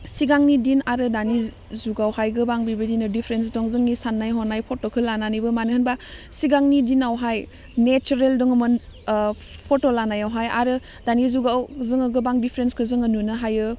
सिगांनि दिन आरो दानि जुगावहाय गोबां बेबायदिनो दिफ्रेन्स दं जोंनि सान्नाय हनाय फट'खौ लानानैबो मानो होनबा सिगांनि दिनावहाय नेसारेल दङोमोन फट' लानायावहाय आरो दानि जुगाव जोङो गोबां दिफ्रेन्सखौ जोङो नुनो हायो